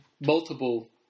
multiple